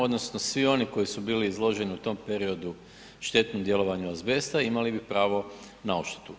Odnosno svi oni koji su bili izloženi u tom periodu štetnom djelovanju azbesta imali bi pravo na odštetu.